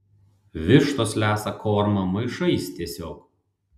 vištos lesa kormą maišais tiesiog